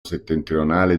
settentrionale